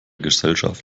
gesellschaft